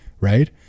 Right